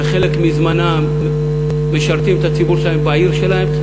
ובחלק מזמנם משרתים את הציבור שלהם בעיר שלהם.